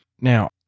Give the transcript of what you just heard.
Now